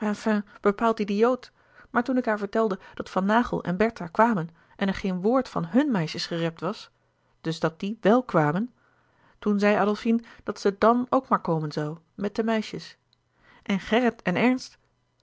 bepaald idioot maar toen ik haar vertelde dat van naghel en bertha kwamen en er geen woord van hùn meisjes gerept was dus dat die wèl kwamen toen zei adolfine dat ze dàn ook maar komen zoû met de meisjes en gerrit en ernst